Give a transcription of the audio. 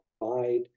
provide